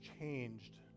changed